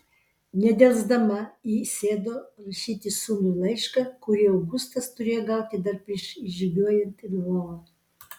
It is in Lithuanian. nedelsdama ji sėdo rašyti sūnui laišką kurį augustas turėjo gauti dar prieš įžygiuojant į lvovą